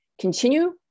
continue